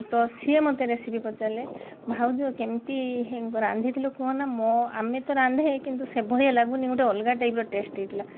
ତ ସିଏ ମୋତେ ରେସିପି ପଚାରିଲେ ଭାଉଜ କେମିତି ରାନ୍ଧିଥିଲ କୁହନା ମ ଆମେ ତ ରାନ୍ଧେ କିନ୍ତୁ କିନ୍ତୁ ସେଭଳିଆ ଲାଗୁନି ଗୋଟେ ଅଲଗା ଟାଇପ୍ର ଟେଷ୍ଟ ହେଇଥିଲା